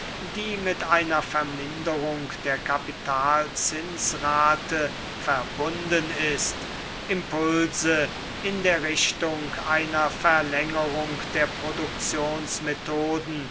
die mit einer verminderung der kapitalzinsrate verbunden ist impulse in der richtung einer verlängerung der produktionsmethoden